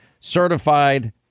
certified